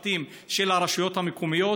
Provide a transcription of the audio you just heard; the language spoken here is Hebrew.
צוותים של הרשויות המקומיות.